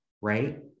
right